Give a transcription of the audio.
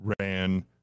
ran